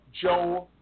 Joe